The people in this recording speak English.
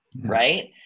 Right